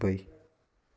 Dubai